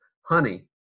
honey